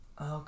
Okay